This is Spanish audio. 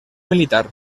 militar